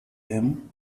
them